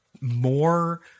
more